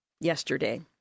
yesterday